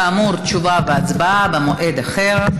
כאמור, תשובה והצבעה במועד אחר.